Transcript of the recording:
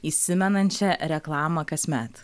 įsimenančią reklamą kasmet